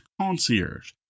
concierge